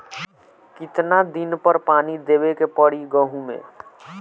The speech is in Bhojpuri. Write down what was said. कितना दिन पर पानी देवे के पड़ी गहु में?